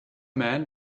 men